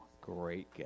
great